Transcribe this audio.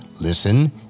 listen